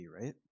right